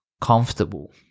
comfortable